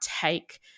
take